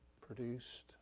produced